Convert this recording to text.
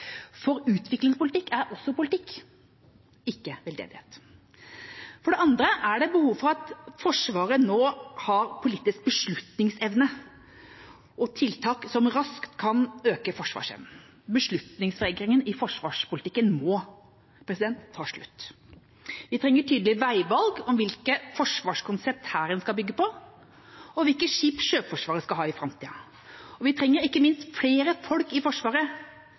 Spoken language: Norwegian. For utviklingspolitikk er også politikk, ikke veldedighet. For det andre er det behov for at Forsvaret nå har politisk beslutningsevne og tiltak som raskt kan øke forsvarsevnen. Beslutningsvegringen i forsvarspolitikken må ta slutt. Vi trenger tydelige veivalg om hvilke forsvarskonsept Hæren skal bygge på, og hvilke skip Sjøforsvaret skal ha i framtida. Vi trenger ikke minst flere folk i Forsvaret,